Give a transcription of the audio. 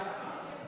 המדעים והטכנולוגיה),